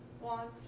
want